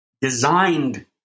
designed